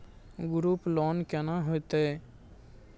Group loan केना होतै?